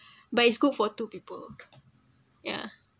but it's good for two people ya